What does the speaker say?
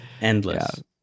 Endless